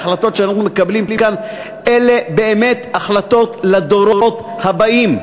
ההחלטות שאנחנו מקבלים כאן אלה באמת החלטות לדורות הבאים.